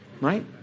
right